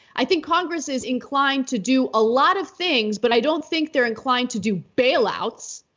i think congress is inclined to do a lot of things, but i don't think they're inclined to do bailouts.